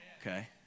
Okay